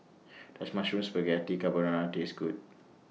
Does Mushroom Spaghetti Carbonara Taste Good